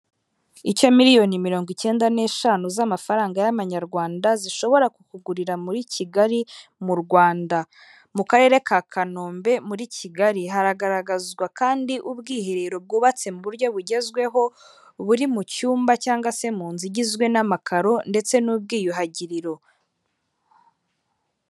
Icyo miliyoni mirongo icyenda n'eshanu z'amafaranga y'amanyarwanda zishobora kukugurira muri Kigali, mu Rwanda. Mu karere ka Kanombe muri Kigali, haragaragazwa kandi ubwiherero bwubatse mu buryo bugezweho, buri mu cyumba cyangwa se mu nzu igizwe n'amakaro ndetse n'ubwiyuhagiriro.